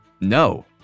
No